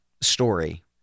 story